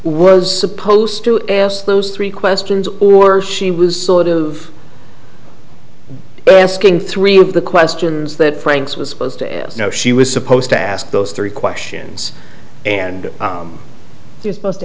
was supposed to those three questions or she was sort of asking three of the questions that franks was supposed to know she was supposed to ask those three questions and you supposed to